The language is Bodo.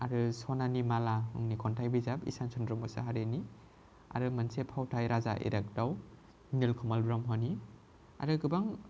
आरो स'नानि माला मुंनि खन्थाइ बिजाब ईसान चन्द्र' मुसाहारिनि आरो मोनसे फावथाइ राजा इरागदाव निल कमल ब्रहम नि आरो गोबां